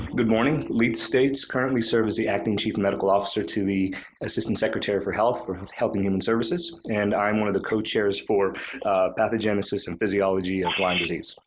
good morning. leith states, currently serve as the acting chief medical officer to the assistant secretary for health for health health and human services. and i'm one of the co-chairs for pathogenesis and physiology of lyme disease.